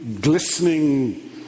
glistening